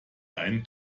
einen